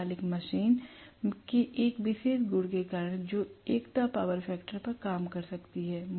समकालिक मशीन के इस विशेष गुण के कारण जो एकता पावर फैक्टर पर काम कर सकती है